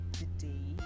today